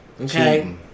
Okay